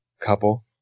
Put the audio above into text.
couple